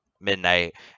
midnight